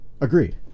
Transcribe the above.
Agreed